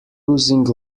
losing